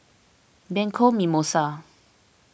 Bianco Mimosa